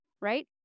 right